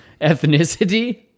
ethnicity